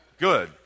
Good